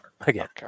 Again